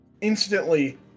instantly